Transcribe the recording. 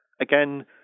Again